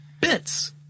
bits